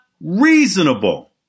reasonable